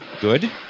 Good